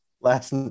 Last